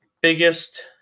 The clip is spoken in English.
biggest